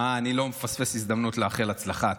אה, אני לא מפספס הזדמנות לאחל הצלחה.